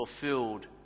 fulfilled